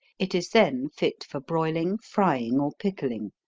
it is then fit for broiling, frying, or pickling.